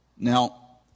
Now